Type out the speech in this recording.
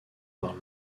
par